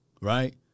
right